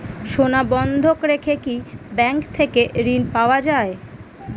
সোনা বন্ধক রেখে কি ব্যাংক থেকে ঋণ পাওয়া য়ায়?